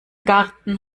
garten